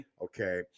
Okay